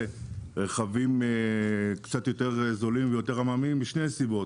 רכבים קצת יותר זולים ויותר עממיים משתי סיבות.